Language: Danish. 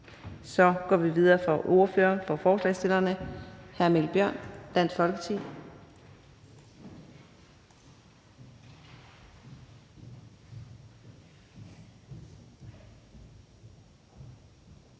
så går vi videre til ordføreren for forslagsstillerne, hr. Mikkel Bjørn, Dansk Folkeparti.